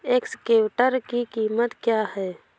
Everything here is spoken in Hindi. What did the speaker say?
एक्सकेवेटर की कीमत क्या है?